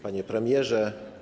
Panie Premierze!